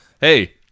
hey